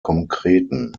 konkreten